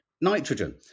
Nitrogen